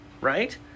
right